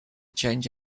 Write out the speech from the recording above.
change